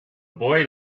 boy